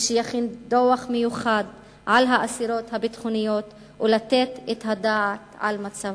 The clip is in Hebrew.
ושיכין דוח מיוחד על האסירות הביטחוניות וייתן את הדעת על מצבן.